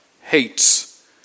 Hates